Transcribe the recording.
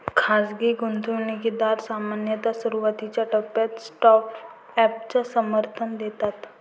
खाजगी गुंतवणूकदार सामान्यतः सुरुवातीच्या टप्प्यात स्टार्टअपला समर्थन देतात